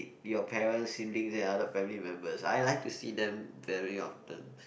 y~ your parents siblings and other family members I like to see them very often